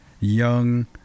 young